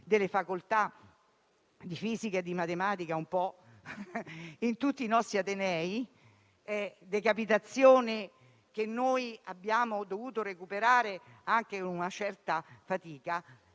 delle facoltà di fisica e matematica in tutti i nostri atenei (decapitazione che abbiamo poi dovuto recuperare con una certa fatica).